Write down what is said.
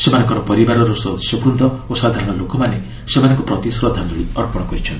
ସେମାନଙ୍କର ପରିବାରର ସଦସ୍ୟବୂନ୍ଦ ଓ ସାଧାରଣ ଲୋକମାନେ ସେମାନଙ୍କ ପ୍ରତି ଶ୍ରଦ୍ଧାଞ୍ଜଳି ଅର୍ପଣ କରିଛନ୍ତି